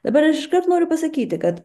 dabar iškart noriu pasakyti kad